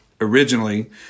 originally